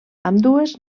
ambdues